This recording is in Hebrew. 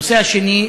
הנושא השני,